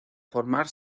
formar